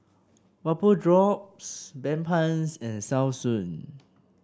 Vapodrops Bedpans and Selsun